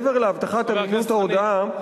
מעבר להבטחת אמינות ההודאה,